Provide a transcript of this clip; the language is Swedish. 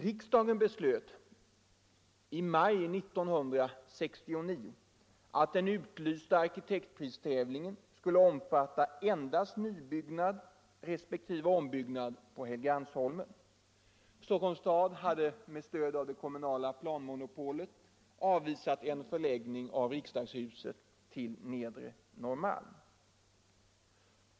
Riksdagen beslöt i maj 1969 att den utlysta arkitektpristävlingen skulle omfatta endast nybyggnad resp. ombyggnad på Helgeandsholmen. Stockholms stad hade med stöd av det kommunala planmonopolet avvisat en förläggning av riksdagshuset till nedre Norrmalm.